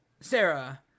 Sarah